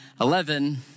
eleven